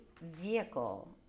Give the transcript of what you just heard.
vehicle